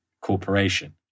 corporation